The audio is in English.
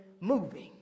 moving